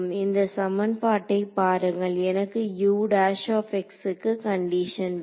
இந்த சமன்பாட்டை பாருங்கள் எனக்கு க்கு கண்டிஷன் வேண்டும்